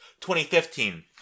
2015